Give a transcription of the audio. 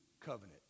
covenant